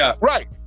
Right